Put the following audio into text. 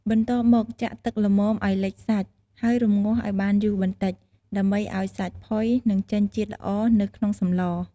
បន្ទាប់មកចាក់ទឹកល្មមឱ្យលិចសាច់ ហើយរម្ងាស់ឱ្យបានយូរបន្តិច ដើម្បីឱ្យសាច់ផុយ និងចេញជាតិល្អទៅក្នុងសម្ល។